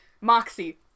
Moxie